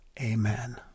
Amen